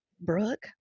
Brooke